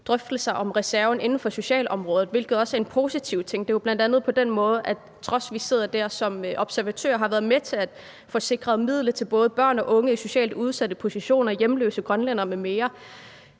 drøftelser om reserven inden for socialområdet, hvilket også er en positiv ting. Det er jo bl.a. på den måde, at vi, på trods af at vi sidder der som observatører, har været med til at sikre midler til både børn og unge i socialt udsatte positioner, hjemløse grønlændere m.m.